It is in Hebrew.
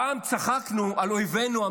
פעם צחקנו על אויבינו.